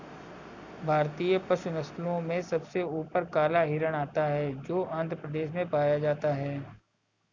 भारतीय पशु नस्लों में सबसे ऊपर काला हिरण आता है जो आंध्र प्रदेश में पाया जाता है